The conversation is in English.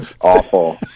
Awful